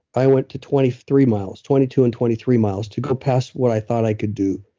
i went to twenty three miles, twenty two and twenty three miles to go past what i thought i could do.